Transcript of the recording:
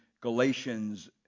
Galatians